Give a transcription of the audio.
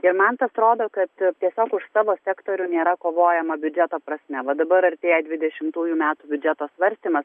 ir man tas rodo kad tiesiog už savo sektorių nėra kovojama biudžeto prasme va dabar artėja dvidešimtųjų metų biudžeto svarstymas